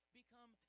become